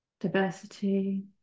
Diversity